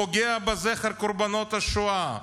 פוגע בזכר קורבנות השואה,